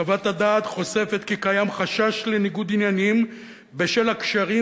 חוות הדעת חושפת כי קיים חשש לניגוד עניינים בשל הקשרים